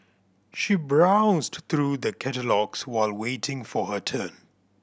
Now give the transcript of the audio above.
she browsed through the catalogues while waiting for her turn